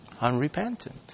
unrepentant